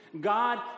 God